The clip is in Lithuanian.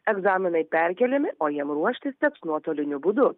egzaminai perkeliami o jiem ruoštis teks nuotoliniu būdu